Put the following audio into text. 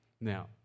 Now